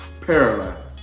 paralyzed